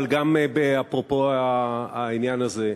אבל גם אפרופו העניין הזה,